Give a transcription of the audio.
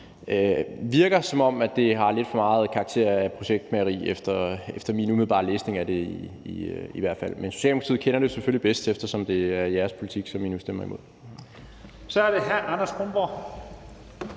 virker, som om det har lidt for meget karakter af projektmageri, i hvert fald efter min umiddelbare læsning af det; men Socialdemokratiet kender det jo selvfølgelig bedst, eftersom det er jeres politik, som I nu stemmer imod. Kl. 16:22 Første